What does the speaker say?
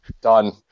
done